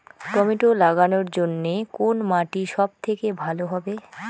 Tomato লাগানোর জন্যে কোন মাটি সব থেকে ভালো হবে?